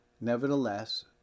Nevertheless